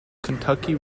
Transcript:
kentucky